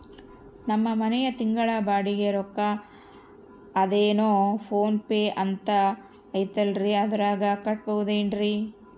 ನಮ್ಮ ಮನೆಯ ತಿಂಗಳ ಬಾಡಿಗೆ ರೊಕ್ಕ ಅದೇನೋ ಪೋನ್ ಪೇ ಅಂತಾ ಐತಲ್ರೇ ಅದರಾಗ ಕಟ್ಟಬಹುದೇನ್ರಿ?